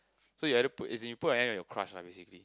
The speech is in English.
so you either put as in you put an end on your crush lah basically